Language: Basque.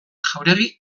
jauregi